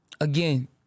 Again